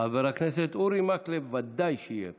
חבר הכנסת אורי מקלב, ודאי שיהיה פה,